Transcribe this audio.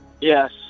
Yes